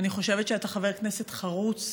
אני חושבת שאתה חבר כנסת חרוץ.